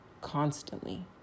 constantly